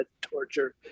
torture